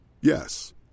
Yes